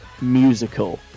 musical